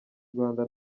rwanda